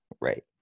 Right